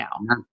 now